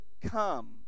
come